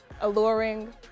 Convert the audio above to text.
alluring